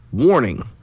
Warning